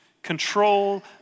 Control